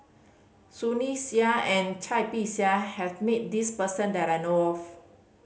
Sunny Sia and Cai Bixia has met this person that I know of